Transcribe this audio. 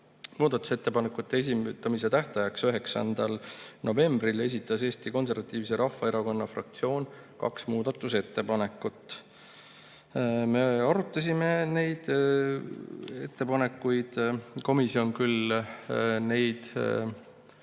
Muudatusettepanekute esitamise tähtajaks, 9. novembriks esitas Eesti Konservatiivse Rahvaerakonna fraktsioon kaks muudatusettepanekut. Me arutasime neid ettepanekuid. Komisjon küll